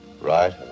Right